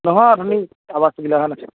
নহয় অথনি আৱাজটো মিলাই অহা নাই